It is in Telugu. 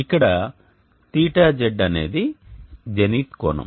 ఇక్కడ θz అనేది జెనిత్ కోణం